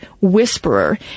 Whisperer